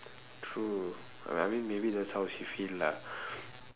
true I mean maybe that's how she feel lah